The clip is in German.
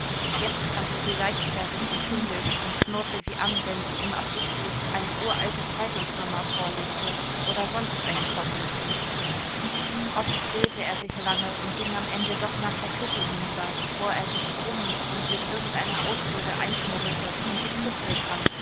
jetzt fand er sie leichtfertig und kindisch und knurrte sie an wenn sie ihm absichtlich eine uralte zeitungsnummer vorlegte oder sonst einen possen trieb oft quälte er sich lange und ging am ende doch nach der küche hinüber wo er sich brummend und mit irgendeiner ausrede einschmuggelte und die christel fand